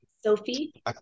Sophie